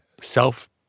self